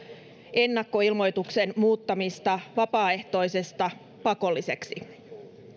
ennakkoilmoituksen muuttamista vapaaehtoisesta pakolliseksi